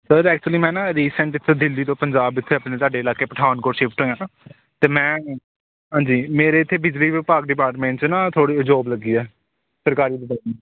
sir actually ਮੈਂ ਨਾ recent ਇੱਥੇ ਦਿੱਲੀ ਤੋਂ ਪੰਜਾਬ ਇੱਥੇ ਆਪਣੇ ਤੁਹਾਡੇ ਇਲਾਕੇ ਪਠਾਨਕੋਟ ਸ਼ਿਫਟ ਹੋਇਆ ਹਾਂ ਅਤੇ ਮੈਂ ਹਾਂਜੀ ਮੇਰੇ ਇੱਥੇ ਬਿਜਲੀ ਵਿਭਾਗ ਡਿਪਾਰਟਮੈਂਟ 'ਚ ਨਾ ਤੁਹਾਡੇ ਇਹ ਜੋਬ ਲੱਗੀ ਹੈ ਸਰਕਾਰੀ ਡਿਪਾਰਟਮੈਂਟ 'ਚ